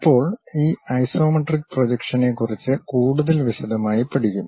ഇപ്പോൾ ഈ ഐസോമെട്രിക് പ്രൊജക്ഷനെക്കുറിച്ച് കൂടുതൽ വിശദമായി പഠിക്കും